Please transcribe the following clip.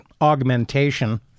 augmentation